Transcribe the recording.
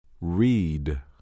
Read